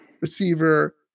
receiver